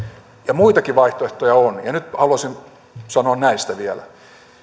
muitakin vaihtoehtoja on ja nyt haluaisin sanoa näistä vielä